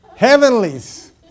heavenlies